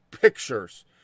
pictures